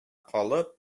калып